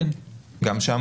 גם שם,